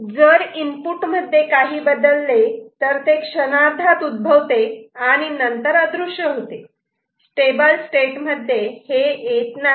जर इनपुट मध्ये काही बदलले तर ते क्षणार्धात उद्भवते आणि नंतर अदृश्य होते स्टेबल स्टेट मध्ये हे येत नाही